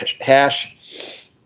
hash